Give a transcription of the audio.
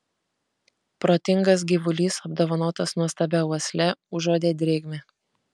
protingas gyvulys apdovanotas nuostabia uosle užuodė drėgmę